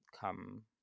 come